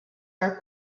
are